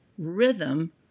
rhythm